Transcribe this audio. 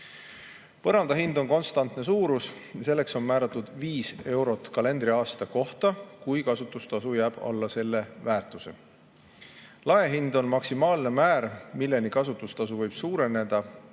Põrandahind on konstantne suurus ja selleks on määratud 5 eurot kalendriaasta kohta, kui kasutustasu jääb alla selle väärtuse. Laehind on maksimaalne määr, milleni kasutustasu võib suureneda